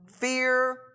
fear